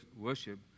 worship